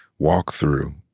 walkthrough